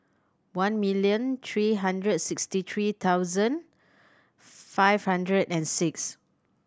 one million three hundred sixty three thousand five hundred and six